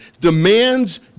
demands